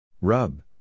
Rub